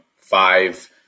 five